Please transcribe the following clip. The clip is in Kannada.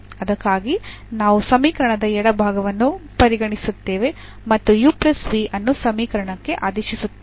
ಅದಕ್ಕಾಗಿ ನಾವು ಸಮೀಕರಣದ ಎಡಭಾಗವನ್ನು ಪರಿಗಣಿಸುತ್ತೇವೆ ಮತ್ತು ಅನ್ನು ಸಮೀಕರಣಕ್ಕೆ ಆದೇಶಿಸುತ್ತೇವೆ